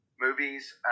movies